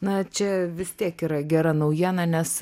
na čia vis tiek yra gera naujiena nes